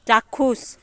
চাক্ষুষ